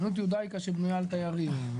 חנות יודאיקה שבנויה על תיירים,